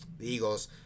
Eagles